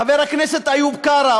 חבר הכנסת איוב קרא,